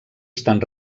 estan